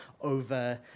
over